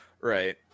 Right